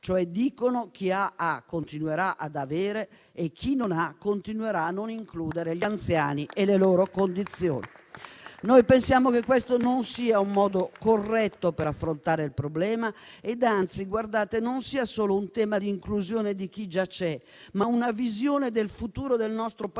ossia che chi ha continuerà ad avere e chi non ha continuerà a non includere gli anziani e le loro condizioni. Pensiamo che questo non sia un modo corretto per affrontare il problema e, anzi, che non sia solo un tema di inclusione di chi già c'è, ma una visione del futuro del nostro Paese